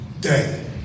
day